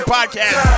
Podcast